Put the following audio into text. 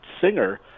singer